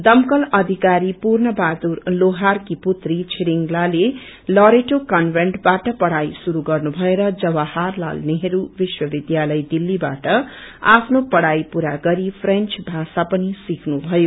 दमकल अधिकारी पूर्ण बहादुर लोहारकी पुत्री छिरिङलाले लरेटो कन्वेन्टबाट पढ़ाई शुरू गर्नु भएर जवाहरलाल नेहरू विश्वविध्यालय दिल्लीबाट आफ्नो पढ़ाई पूरा गरी फ्रेन्च भाषा पनि सिखनु भयो